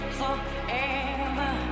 forever